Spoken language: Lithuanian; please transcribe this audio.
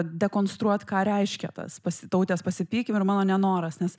dekonstruot ką reiškia tas pas tautės pasipykim ir mano nenoras nes